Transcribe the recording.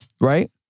Right